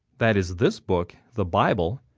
that is this book, the bible.